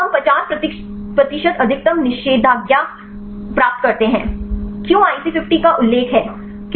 तो हम 50 प्रतिशत अधिकतम निषेधाज्ञा प्राप्त करते हैं क्यों IC50 का उल्लेख है